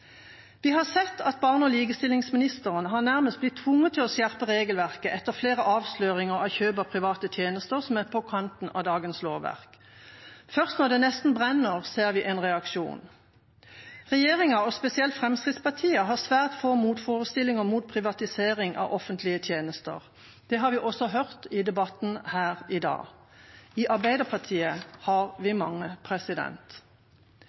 Vi har sett at barne- og likestillingsministeren nærmest har blitt tvunget til å skjerpe regelverket etter flere avsløringer av kjøp av private tjenester som er på kanten av dagens lovverk. Først når det nesten brenner, ser vi en reaksjon. Regjeringa, og spesielt Fremskrittspartiet, har svært få motforestillinger mot privatisering av offentlige tjenester. Det har vi også hørt i debatten her i dag. I Arbeiderpartiet har vi